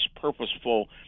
purposeful